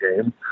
game